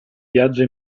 viaggio